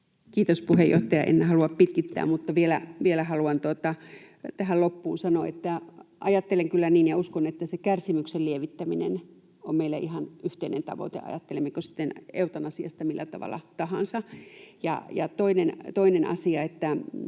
Kiitos, puheenjohtaja! En halua pitkittää, mutta vielä haluan tähän loppuun sanoa, että ajattelen kyllä niin ja uskon, että se kärsimyksen lievittäminen on meille ihan yhteinen tavoite, ajattelemme sitten eutanasiasta millä tavalla tahansa. Ja toinen asia: